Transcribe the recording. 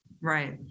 Right